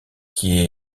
qui